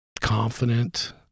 confident